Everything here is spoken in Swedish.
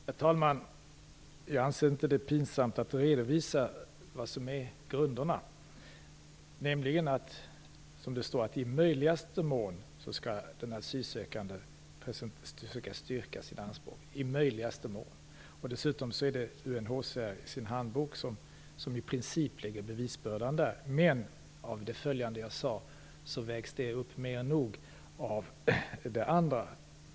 Herr talman! Jag anser inte att det är pinsamt att redovisa vad som är grunderna, nämligen att, som det står, den asylsökande i möjligaste mån skall försöka styrka sina anspråk - alltså i möjligaste mån. Dessutom är det UNHCR som i sin handbok i princip lägger bevisbördan där. Men, som framgår av det följande jag sade, vägs det upp mer än nog av det andra.